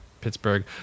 Pittsburgh